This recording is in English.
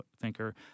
thinker